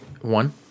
one